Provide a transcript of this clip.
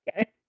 okay